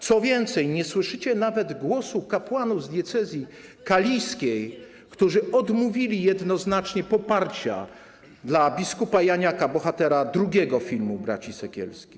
Co więcej, nie słyszycie nawet głosów kapłanów z diecezji kaliskiej, którzy odmówili jednoznacznie poparcia dla bpa Janiaka, bohatera drugiego filmu braci Sekielskich.